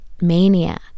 maniac